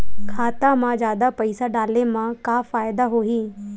खाता मा जादा पईसा डाले मा का फ़ायदा होही?